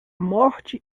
morte